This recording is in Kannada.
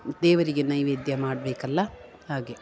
ದೇವರಿಗೆ ನೈವೇದ್ಯ ಮಾಡಬೇಕಲ್ಲ ಹಾಗೆ